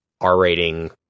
R-rating